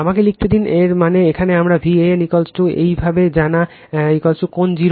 আমাকে লিখতে দিন এর মানে এখন আমার Van একইভাবে জানা কোণ 0o